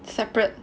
separate